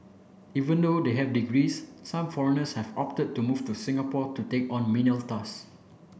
even though they have degrees some foreigners have opted to move to Singapore to take on menial task